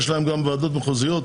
יש להם גם ועדות מחוזיות,